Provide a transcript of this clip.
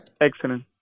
Excellent